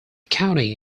county